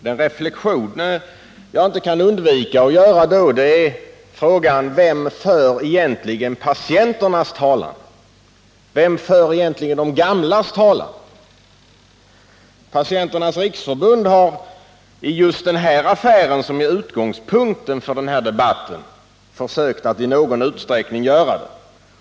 Den fråga jag inte kan undvika att göra är: Vem för egentligen patienternas talan, vem för egentligen de gamlas talan? Patienternas riksförbund har just i denna affär, som är utgångspunkten för den här debatten, försökt att i någon utsträckning göra det.